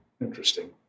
Interesting